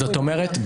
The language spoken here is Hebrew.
זאת אומרת,